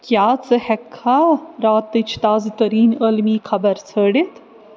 کیٛاہ ژٕ ہیکٕکھا راتٕچ تازٕ تریٖن عٲلمی خبر ژھٲنٛڈِتھ